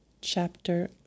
chapter